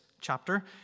chapter